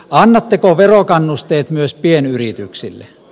annatteko verokannusteet myös pienyrityksille